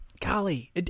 golly